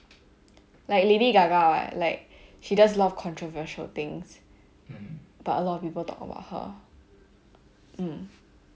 like lady gaga like she does a lot of controversial things but a lot of people talk about her mm